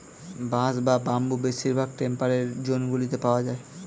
বাঁশ বা বাম্বু বেশিরভাগ টেম্পারেট জোনগুলিতে পাওয়া যায়